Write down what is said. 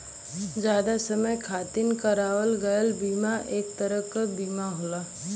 जादा समय खातिर करावल गयल बीमा एक तरह क बीमा होला